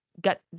got